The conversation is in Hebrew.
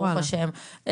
ברוך השם,